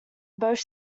both